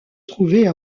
trouvait